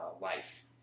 life